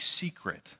secret